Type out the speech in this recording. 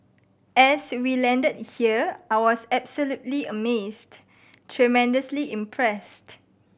as we landed here I was absolutely amazed tremendously impressed